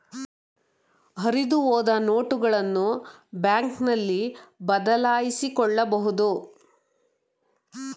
ಹರಿದುಹೋದ ನೋಟುಗಳನ್ನು ಬ್ಯಾಂಕ್ನಲ್ಲಿ ಬದಲಾಯಿಸಿಕೊಳ್ಳಬಹುದು